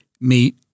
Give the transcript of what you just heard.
meet